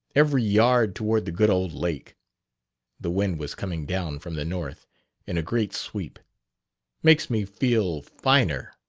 every yard toward the good old lake the wind was coming down from the north in a great sweep makes me feel finer.